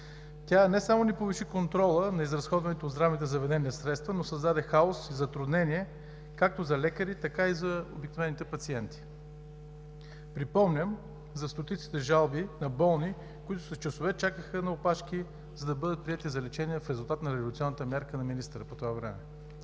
Тя не само не повиши контрола на изразходваните от здравните заведения средства, но създаде хаос и затруднение както за лекари, така и за обикновените пациенти. Припомням за стотиците жалби на болни, които с часове чакаха на опашки, за да бъдат приети за лечение, в резултат на революционната мярка на министъра по това време.